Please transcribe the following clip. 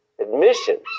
admissions